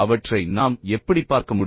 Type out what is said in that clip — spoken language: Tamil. அவற்றை நாம் எப்படிப் பார்க்க முடியும்